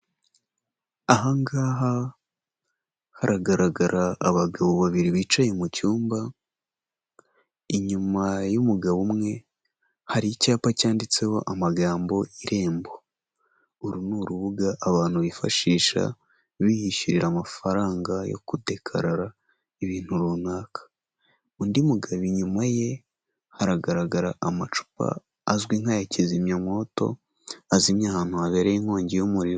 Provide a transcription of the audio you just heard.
Aha ngaha haragaragara abagabo babiri bicaye mu cyumba, inyuma y'umugabo umwe hari icyapa cyanditseho amagambo Irembo, uru ni urubuga abantu bifashisha biyishyurira amafaranga yo kudekarara ibintu runaka, undi mugabo inyuma ye haragaragara amacupa azwi nk'aya kizimyamwoto, azimya ahantu habereye inkongi y'umuriro.